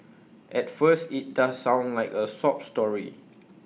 at first IT does sound like A sob story